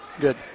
Good